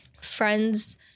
friends